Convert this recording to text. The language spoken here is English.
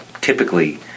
typically